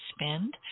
spend